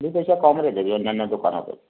ଦୁଇ ପଇସା କମରେ ଦେବି ଅନାନ୍ୟା ଦୋକାନ ଅପେକ୍ଷା